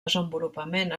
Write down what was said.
desenvolupament